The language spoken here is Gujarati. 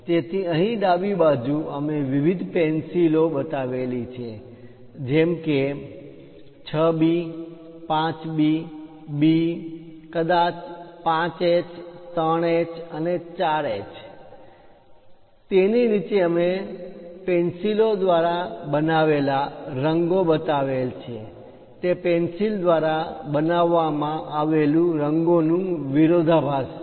તેથી અહીં ડાબી બાજુ અમે વિવિધ પેન્સિલો બતાવેલી છે જેમ કે 6 B 5B B કદાચ 5H 3H અને 4H તેની નીચે અમે પેન્સિલો દ્વારા બનાવેલા રંગો બતાવેલ છે તે પેન્સિલ દ્વારા બનાવવામાં આવેલું રંગોનુ વિરોધાભાસ છે